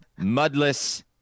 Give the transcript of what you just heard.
mudless